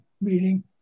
meaning